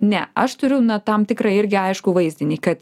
ne aš turiu na tam tikrą irgi aiškų vaizdinį kad